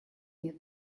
нет